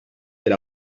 per